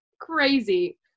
crazy